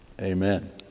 Amen